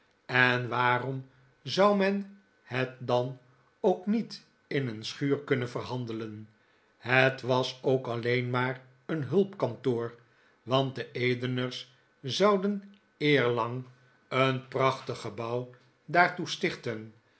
en waarom zou men het dan ook niet in een schuur kunnen verhandelen het was ook alleen maar een hulpkantoor want de edeners zouden eerlang een prachtig gebouw dartoe stichten